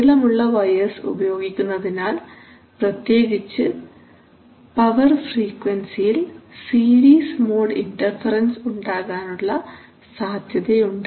നീളമുള്ള വയർസ് ഉപയോഗിക്കുന്നതിനാൽ പ്രത്യേകിച്ച് പവർ ഫ്രീക്വൻസിയിൽ സീരീസ് മോഡ് ഇൻറർഫറൻസ് ഉണ്ടാകാനുള്ള സാധ്യതയുണ്ട്